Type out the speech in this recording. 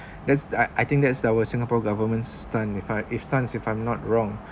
that's I I think that's our singapore government stun if I if stun if I'm not wrong